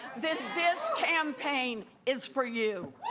then this campaign is for you.